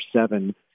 seven